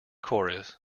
chorus